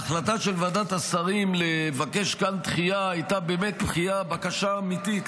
ההחלטה של ועדת השרים לבקש כאן דחייה הייתה באמת בקשה אמיתית,